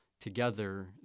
together